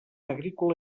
agrícola